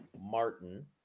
Martin